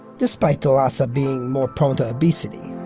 despite the lhasa being more prone to obesity.